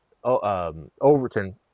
Overton